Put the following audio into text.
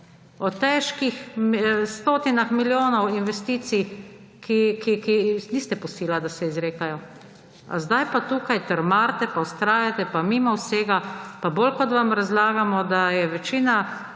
o težkih stotinah milijonov investicij, ki jih niste pustili, da se izrekajo, a zdaj pa tukaj trmarite pa vztrajate pa mimo vsega. Pa bolj kot vam razlagamo, da je večina,